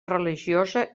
religiosa